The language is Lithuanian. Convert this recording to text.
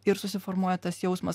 ir susiformuoja tas jausmas